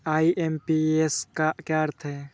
IMPS का क्या अर्थ है?